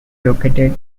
located